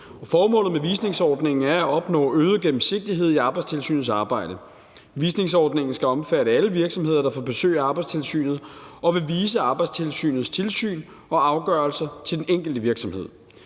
Formålet med visningsordningen er at opnå øget gennemsigtighed i Arbejdstilsynets arbejde. Visningsordningen skal omfatte alle virksomheder, der får besøg af Arbejdstilsynet, og vil vise Arbejdstilsynets tilsyn og afgørelser om den enkelte virksomhed.